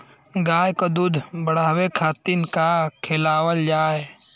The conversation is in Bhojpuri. गाय क दूध बढ़ावे खातिन का खेलावल जाय?